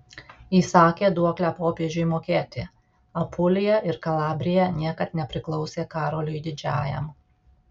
įsakė duoklę popiežiui mokėti apulija ir kalabrija niekad nepriklausė karoliui didžiajam